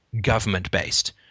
government-based